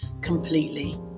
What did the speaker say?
completely